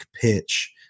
pitch